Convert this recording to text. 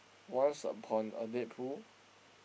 Once Upon a Deadpool